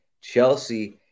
Chelsea